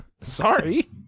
Sorry